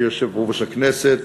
אדוני יושב-ראש הכנסת,